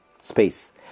space